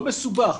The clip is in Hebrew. לא מסובך.